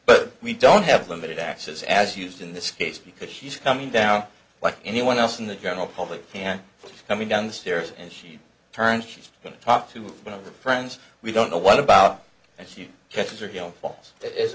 but we don't have limited access as used in this case because she's coming down like anyone else in the general public can't be coming down the stairs and she turns she's going to talk to one of the friends we don't know what about and she catches